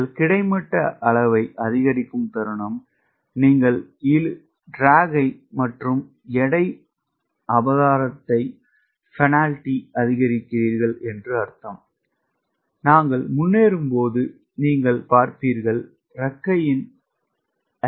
நீங்கள் கிடைமட்ட அளவை அதிகரிக்கும் தருணம் நீங்கள் இழுவை மற்றும் எடை அபராதத்தை அதிகரிக்கிறீர்கள் என்று அர்த்தம் நாங்கள் முன்னேறும்போது நீங்கள் பார்ப்பீர்கள் இறக்கையின் ஏ